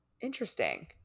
Interesting